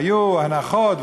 היו הנחות,